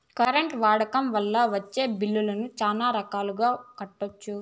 current వాడకం వల్ల వచ్చే బిల్లులను చాలా రకాలుగా కట్టొచ్చు